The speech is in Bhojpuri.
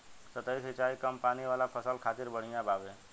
सतही सिंचाई कम पानी वाला फसल खातिर बढ़िया बावे